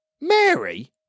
Mary